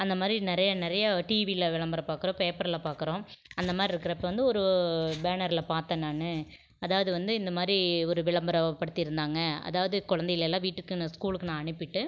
அந்த மாதிரி நிறையா நிறையா டிவியில் விளம்பரம் பார்க்குறோம் பேப்பரில் பார்க்குறோம் அந்த மாதிரி இருக்கிறப்ப வந்து ஒரு பேனரில் பார்த்தேன் நான் அதாவது வந்து இந்த மாதிரி ஒரு விளம்பரப் படுத்தியிருந்தாங்க அதாவது கொழந்தைகளலாம் வீட்டுக்குன்னு ஸ்கூலுக்குன்னு அனுப்பிவிட்டு